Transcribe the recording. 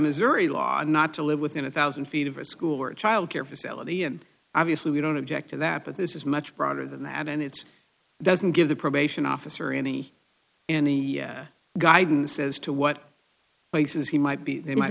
missouri law not to live within a thousand feet of a school or a childcare facility and obviously we don't object to that but this is much broader than that and it's doesn't give the probation officer any any guidance as to what places he might be t